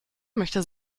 möchte